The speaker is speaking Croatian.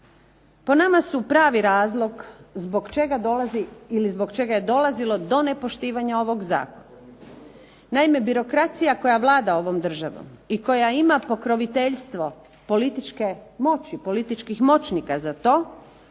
zbog čega dolazi ili zbog čega je dolazilo do nepoštivanja ovog Zakona. Naime, birokracija koja vlada ovom državom, i koja ima pokroviteljstvo političkih moćnika za to,